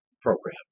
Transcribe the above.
program